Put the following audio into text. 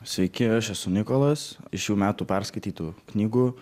sveiki aš esu nikolas iš šių metų perskaitytų knygų